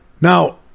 Now